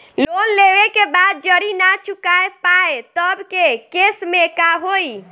Loan लेवे के बाद जड़ी ना चुका पाएं तब के केसमे का होई?